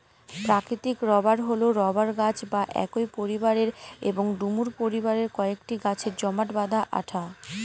প্রাকৃতিক রবার হল রবার গাছ বা একই পরিবারের এবং ডুমুর পরিবারের কয়েকটি গাছের জমাট বাঁধা আঠা